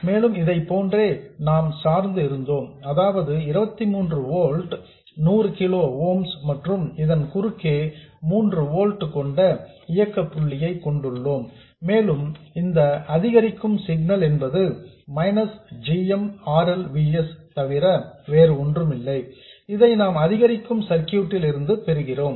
மேலும் இதைப்போன்றே நாம் சார்ந்து இருந்தோம் அதாவது 23 ஓல்ட்ஸ் 100 கிலோ ஓம்ஸ் மற்றும் இதன் குறுக்கே 3 ஓல்ட்ஸ் கொண்ட இயக்க புள்ளியை கொண்டுள்ளோம் மேலும் இந்த அதிகரிக்கும் சிக்னல் என்பது minus g m R L V s தவிர வேறொன்றுமில்லை இதை நாம் அதிகரிக்கும் சர்க்யூட் லிருந்து பெறுகிறோம்